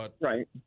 Right